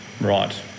Right